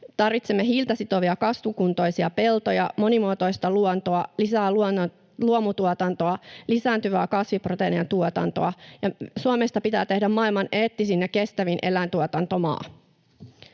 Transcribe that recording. Tarvitsemme hiiltä sitovia, kasvukuntoisia peltoja, monimuotoista luontoa, lisää luomutuotantoa, lisääntyvää kasviproteiinituotantoa. Ja Suomesta pitää tehdä maailman eettisin ja kestävin eläintuotantomaa.